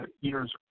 years